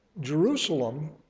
Jerusalem